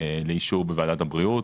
לאישור בוועדת הבריאות